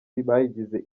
bayigize